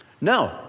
No